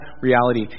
reality